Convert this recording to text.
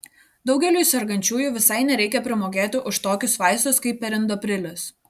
daugeliui sergančiųjų visai nereikia primokėti už tokius vaistus kaip perindoprilis